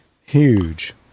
huge